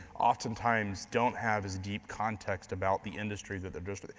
oftentimes don't have as deep context about the industry that they're just.